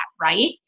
Right